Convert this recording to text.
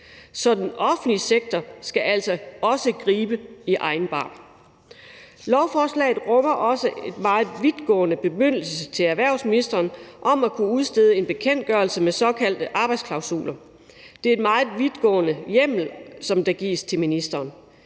så den offentlige sektor skal altså også gribe i egen barm. Lovforslaget rummer også en meget vidtgående bemyndigelse af erhversministeren til at kunne udstede en bekendtgørelse med såkaldte arbejdsklausuler. Det er en meget vidtgående hjemmel, der gives til ministeren.